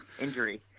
injury